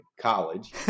college